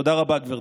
תודה רבה, גברתי.